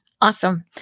awesome